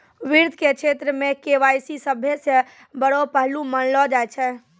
वित्त के क्षेत्र मे के.वाई.सी सभ्भे से बड़ो पहलू मानलो जाय छै